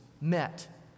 met